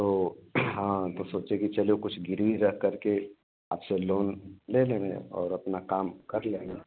तो हाँ तो सोचे कि चलो कुछ गिरवी रखकर के आपसे लोन लेले रहे हैं और अपना काम कर लेना